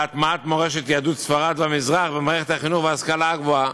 להטמעת מורשת יהדות ספרד והמזרח במערכת החינוך וההשכלה הגבוהה.